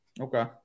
Okay